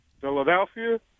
Philadelphia